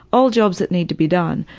all jobs that need to be done,